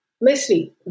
mostly